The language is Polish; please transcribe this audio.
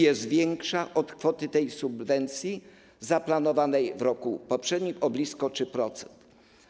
Jest większa od kwoty subwencji zaplanowanej w roku poprzednim o blisko 3%.